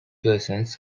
persons